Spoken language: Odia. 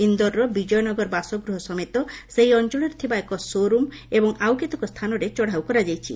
ଇନ୍ଦୋର୍ର ବିଜୟ ନଗର ବାସଗୃହ ସମେତ ସେହି ଅଞ୍ଚଳରେ ଥିବା ଏକ ଶୋ'ରୁମ୍ ଏବଂ ଆଉ କେତେକ ସ୍ଥାନରେ ଚଢ଼ଉ କରାଯାଇଛି